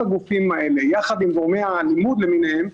הגופים האלה יחד עם גורמי הלימוד למיניהם,